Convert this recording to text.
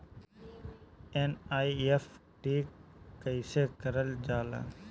NEFT कइसे कइल जाला?